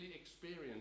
experience